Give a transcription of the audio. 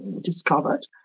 discovered